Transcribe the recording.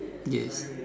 yes